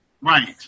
Right